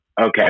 Okay